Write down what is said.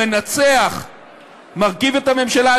המנצח מרכיב את הממשלה.